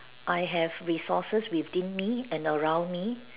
I have resources within me and around me